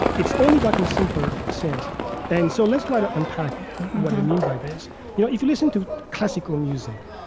it's only gotten simpler since and so, let's try to unpack what i mean by this mm-hmm you know, if you listen to classical music,